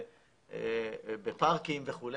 בפארקים וכו',